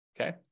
okay